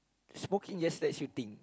smoking just lets you think